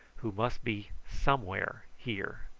who must be somewhere here.